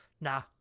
Nah